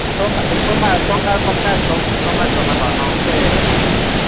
सोम सोमवार सोमवार पक्का सोमवार छेउमा घरमा आउनुहोस् है एड्रेस सेन्ड गरिदिन्छु